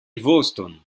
voston